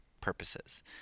purposes